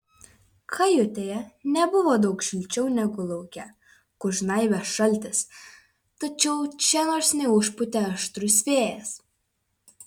kajutėje nebuvo daug šilčiau negu lauke kur žnaibė šaltis tačiau čia nors neužpūtė aštrus vėjas